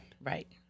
Right